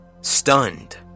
stunned